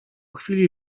chwili